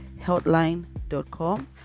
healthline.com